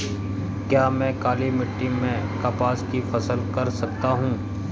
क्या मैं काली मिट्टी में कपास की फसल कर सकता हूँ?